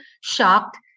shocked